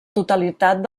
totalitat